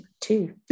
two